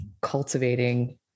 cultivating